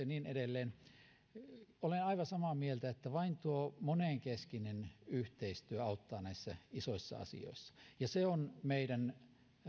niin edelleen olen aivan samaa mieltä että vain monenkeskinen yhteistyö auttaa näissä isoissa asioissa se on meidän